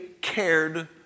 cared